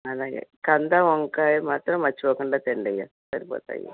అలాగే కంద వంకాయ మాత్రం మర్చిపోకుండా తెండయ్య సరిపోతాయి